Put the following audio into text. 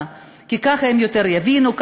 כי ככה הם יבינו יותר,